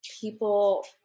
people –